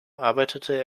arbeitete